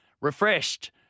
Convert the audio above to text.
refreshed